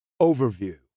Overview